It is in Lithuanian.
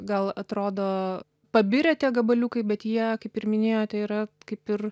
gal atrodo pabirę tie gabaliukai bet jie kaip ir minėjote yra kaip ir